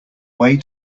way